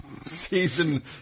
season